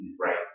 right